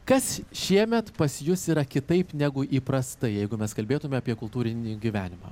kas šiemet pas jus yra kitaip negu įprastai jeigu mes kalbėtume apie kultūrinį gyvenimą